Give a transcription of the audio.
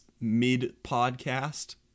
mid-podcast